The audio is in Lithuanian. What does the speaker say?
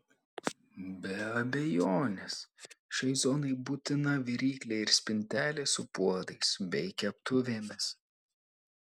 be abejonės šiai zonai būtina viryklė ir spintelė su puodais bei keptuvėmis